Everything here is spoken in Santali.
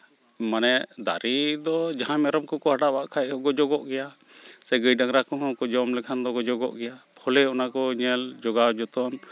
ᱢᱟᱱᱮ ᱫᱟᱨᱮ ᱫᱚ ᱡᱟᱦᱟᱸ ᱢᱮᱨᱚᱢ ᱠᱚᱠᱚ ᱦᱟᱰᱟᱵᱟᱜ ᱠᱷᱟᱱ ᱜᱚᱡᱚᱜᱚᱜ ᱜᱮᱭᱟ ᱥᱮ ᱜᱟᱹᱭ ᱰᱟᱝᱨᱟ ᱠᱚᱦᱚᱸ ᱠᱚ ᱡᱚᱢ ᱞᱮᱠᱷᱟᱱ ᱫᱚ ᱜᱚᱡᱚᱜᱚᱜ ᱜᱮᱭᱟ ᱯᱷᱚᱞᱮ ᱚᱱᱟᱠᱚ ᱧᱮᱞ ᱡᱚᱜᱟᱣ ᱡᱚᱛᱚᱱ